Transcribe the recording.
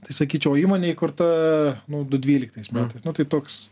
tai sakyčiau įmonė įkurta nu du dvyliktais metais nu tai toks